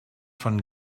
von